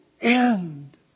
end